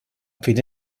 fine